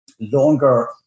longer